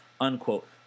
Unquote